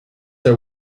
are